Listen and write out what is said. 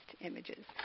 images